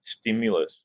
stimulus